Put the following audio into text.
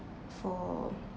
for